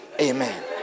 Amen